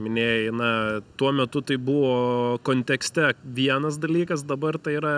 minėjai na tuo metu tai buvo kontekste vienas dalykas dabar tai yra